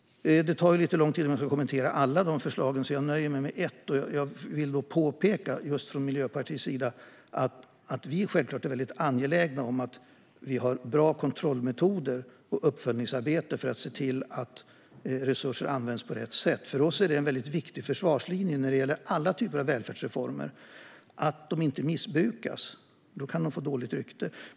Det tar lite lång tid om jag ska kommentera alla de förslagen, så jag nöjer mig med ett av dem. Jag vill då från Miljöpartiets sida påpeka att vi självklart är väldigt angelägna om att vi har bra kontrollmetoder och uppföljningsarbete för att se till att resurser används på rätt sätt. För oss är det en väldigt viktig försvarslinje när det gäller alla typer av välfärdsreformer att de inte missbrukas, för då kan de få dåligt rykte.